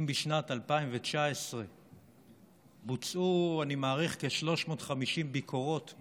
שאם בשנת 2019 בוצעו כ-350 ביקורות,